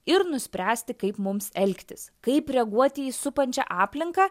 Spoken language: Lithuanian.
ir nuspręsti kaip mums elgtis kaip reaguoti į supančią aplinką